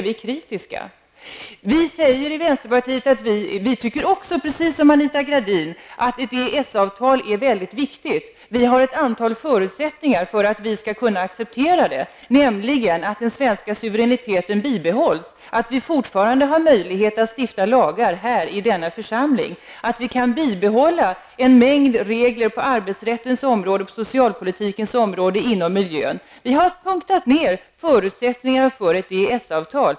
Vi i vänsterpartiet tycker precis som Anita Gradin att det är väldigt viktigt med ett EES-avtal, men vi har ett antal förbehåll för att vi skall kunna acceptera ett sådant avtal, nämligen att den svenska suveräniteten bibehålls, att riksdagen fortfarande har möjlighet att stifta lagar och att en mängd regler på arbetsrättens, socialpolitikens och miljöpolitikens områden kan bibehållas. Vi har punkt för punkt angett förutsättningarna för ett EES-avtal.